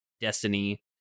destiny